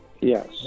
Yes